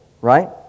right